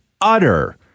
utter